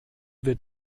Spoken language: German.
wird